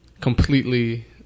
completely